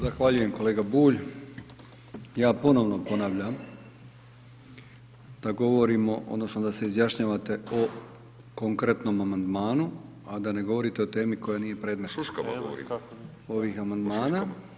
Zahvaljujem kolega Bulj, ja ponovno ponavljam da govorimo da se izjašnjavate o konkretnom amandmanu, a da ne govorite o temi koja nije predmet [[Upadica: Šuška vam govori.]] ovih amandmana.